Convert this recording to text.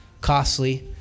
costly